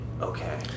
Okay